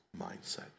mindset